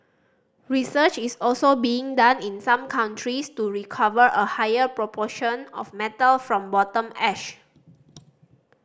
research is also being done in some countries to recover a higher proportion of metal from bottom ash